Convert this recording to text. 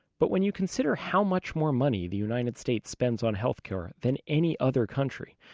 but when you consider how much more money the united states spends on health care than any other country,